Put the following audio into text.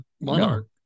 monarch